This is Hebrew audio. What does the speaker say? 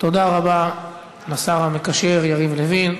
תודה רבה לשר המקשר יריב לוין.